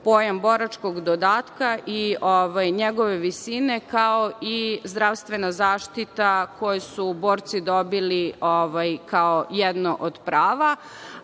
pojam boračkog dodatka i njegove visine, kao i zdravstvena zaštita koju su borci dobili kao jedno od prava. Ono